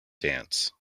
dance